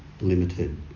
limited